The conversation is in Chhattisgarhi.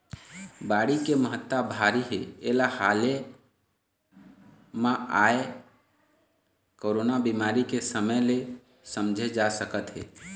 बाड़ी के महत्ता भारी हे एला हाले म आए कोरोना बेमारी के समे ले समझे जा सकत हे